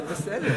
זה בסדר.